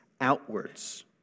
outwards